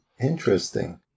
Interesting